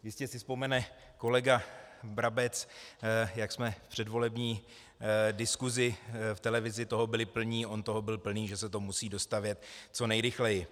Jistě si vzpomene kolega Brabec, jak jsme v předvolební diskusi v televizi toho byli plní, on toho byl plný, že se to musí dostavět co nejrychleji.